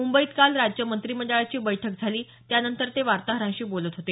मुंबईत काल राज्य मंत्रिमंडळाची बैठक झाली त्यानंतर मुख्यमंत्री वार्ताहरांशी बोलत होते